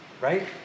right